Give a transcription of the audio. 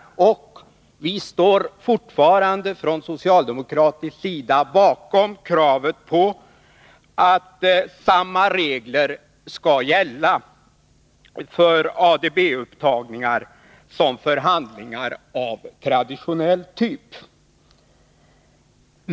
Vi socialdemokater står fortfarande bakom kravet på att samma regler skall gälla för ADB-upptagningar som för handlingar av traditionell typ.